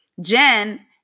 Jen